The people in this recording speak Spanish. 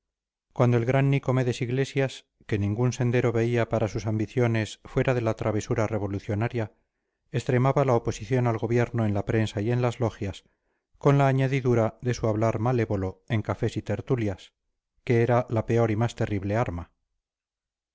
cuando el gran nicomedes iglesias que ningún sendero veía para sus ambiciones fuera de la travesura revolucionaria extremaba la oposición al gobierno en la prensa y en las logias con la añadidura de su hablar malévolo en cafés y tertulias que era la peor y más terrible arma